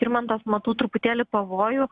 skirmantas matau truputėlį pavojų